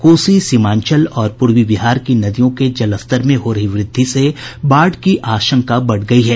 कोसी सीमांचल और पूर्वी बिहार की नदियों के जलस्तर में हो रही वृद्धि से बाढ़ की आशंका बढ़ गयी है